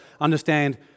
understand